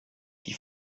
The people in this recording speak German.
die